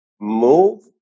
move